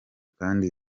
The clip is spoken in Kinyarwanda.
kandi